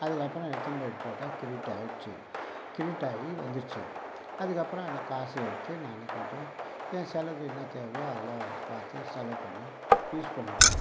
அதுக்கப்புறம் எடுத்துனு போய் போட்டேன் கெரிடிட் ஆகிடுச்சி கெரிடிட் ஆகி வந்துடுச்சி அதுக்கப்புறம் அந்த காசை எடுத்து நான் சொஞ்சம் என் செலவுக்கு என்ன தேவையோ அதலாம் பார்த்து செலவு பண்ணி யூஸ் பண்ணிகிட்டேன்